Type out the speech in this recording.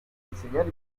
enseñar